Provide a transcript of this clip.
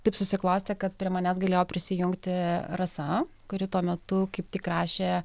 taip susiklostė kad prie manęs galėjo prisijungti rasa kuri tuo metu kaip tik rašė